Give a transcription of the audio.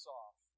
off